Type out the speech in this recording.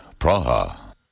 Praha